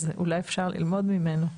אז אולי אפשר ללמוד ממנו.